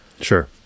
Sure